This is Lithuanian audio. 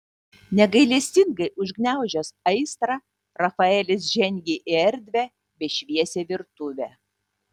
negailestingai užgniaužęs aistrą rafaelis žengė į erdvią bei šviesią virtuvę